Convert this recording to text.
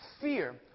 Fear